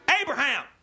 Abraham